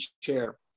chair